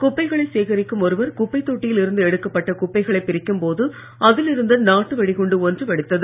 குப்பைகளை சேகரிக்கும் ஒருவர் குப்பைத் தொட்டியில் இருந்து எடுக்கப்பட்ட குப்பைகளை பிரிக்கும்போது அதில் இருந்த நாட்டு வெடிகுண்டு ஒன்று வெடித்தது